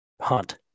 hunt